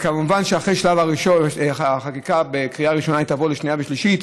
מובן שאחרי שלב החקיקה בקריאה ראשונה היא תעבור לשנייה ושלישית,